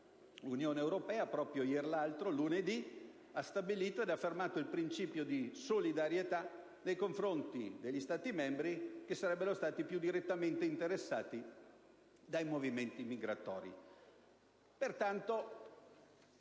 dell'Unione europea, infatti, proprio lunedì ha stabilito ed affermato il principio di solidarietà nei confronti degli Stati membri che sarebbero stati più direttamente interessati dai movimenti migratori.